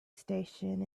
station